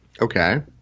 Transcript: Okay